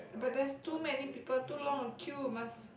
but there's too many people too long a queue must